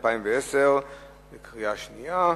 התש"ע 2010. הצבעה,